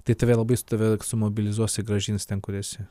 tai tave labai tave sumobilizuos ir grąžins ten kur esi